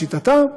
בשיטתם.